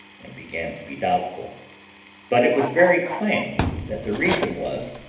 and began to be doubtful but it was very plain that the reason was,